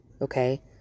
Okay